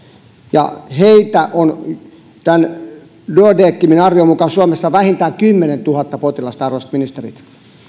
ja heitä on duodecimin arvion mukaan suomessa vähintään kymmenentuhatta potilasta arvoisat ministerit